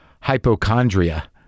hypochondria